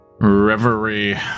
Reverie